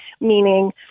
meaning